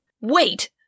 Wait